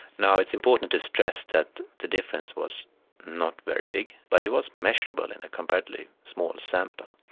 now, it's important to stress that the difference was not very big, but it was measurable in a comparatively small sample.